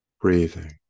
breathing